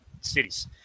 cities